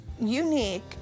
unique